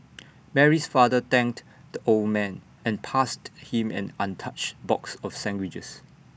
Mary's father thanked the old man and passed him an untouched box of sandwiches